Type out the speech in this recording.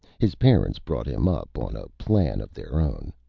his parents brought him up on a plan of their own.